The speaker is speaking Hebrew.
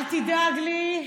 אל תדאג לי.